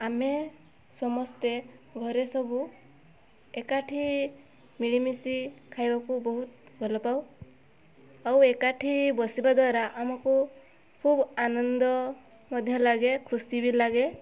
ଆମେ ସମସ୍ତେ ଘରେ ସବୁ ଏକାଠି ମିଳିମିଶି ଖାଇବାକୁ ବହୁତ ଭଲ ପାଉ ଆଉ ଏକାଠି ହୋଇ ବସିବା ଦ୍ଵାରା ଆମକୁ ଖୁବ୍ ଆନନ୍ଦ ମଧ୍ୟ ଲାଗେ ଖୁସି ବି ଲାଗେ